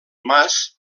mas